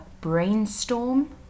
Brainstorm